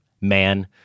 man